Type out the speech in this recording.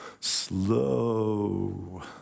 slow